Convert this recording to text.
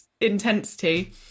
intensity